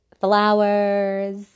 flowers